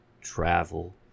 travel